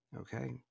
Okay